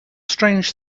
strange